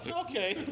okay